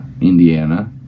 Indiana